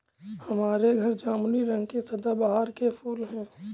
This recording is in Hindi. हमारे घर जामुनी रंग के सदाबहार के फूल हैं